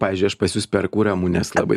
pavyzdžiui aš pas jus perku ramunes labai